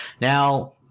Now